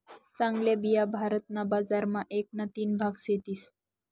चांगल्या बिया भारत ना बजार मा एक ना तीन भाग सेतीस